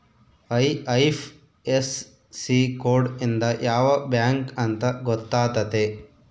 IFSC code ಇಂದ ಯಾವ bank ಅಂತ ಗೊತ್ತಾತತೆ